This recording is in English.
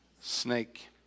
Snake